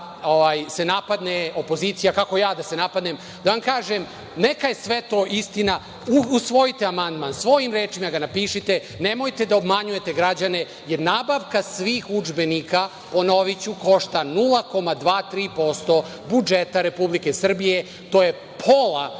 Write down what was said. se napadne opozicija, kako ja da se napadnem, da vam kažem. Neka je sve to istina, usvojite amandman. Svojim rečima ga napišite. Nemojte da obmanjujete građane, jer nabavka svih udžbenika, ponoviću, košta 0,2% do 0,3% budžeta Republike Srbije, a to je pola